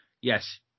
yes